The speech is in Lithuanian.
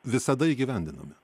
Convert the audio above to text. visada įgyvendinami